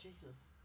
Jesus